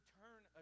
turn